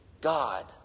God